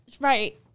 Right